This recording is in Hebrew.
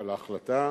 על ההחלטה,